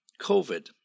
COVID